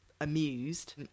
amused